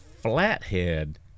flathead